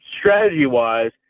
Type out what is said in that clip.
strategy-wise